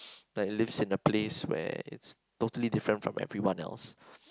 like lives in a place where it's totally different from everyone else